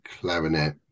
clarinet